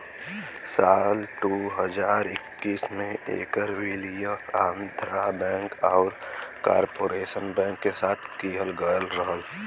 साल दू हज़ार इक्कीस में ऐकर विलय आंध्रा बैंक आउर कॉर्पोरेशन बैंक के साथ किहल गयल रहल